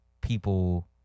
people